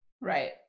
Right